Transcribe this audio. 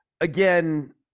again